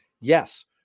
Yes